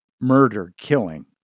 murder-killing